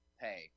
pay